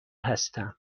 هستم